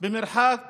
במרחק